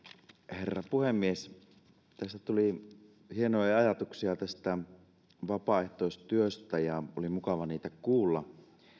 herra puhemies tässä tuli hienoja ajatuksia tästä vapaaehtoistyöstä ja oli mukava niitä kuulla